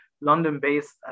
London-based